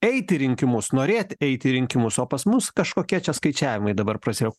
eit į rinkimus norėt eit į rinkimus o pas mus kažkokie čia skaičiavimai dabar prasidėjo